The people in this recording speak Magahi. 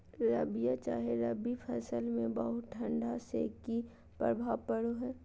रबिया चाहे रवि फसल में बहुत ठंडी से की प्रभाव पड़ो है?